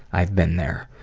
i've been there.